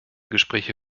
gespräche